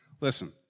Listen